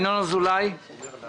ינון אזולאי, בבקשה.